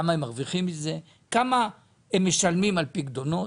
כמה הם מרוויחים מזה, כמה הם משלמים על פיקדונות,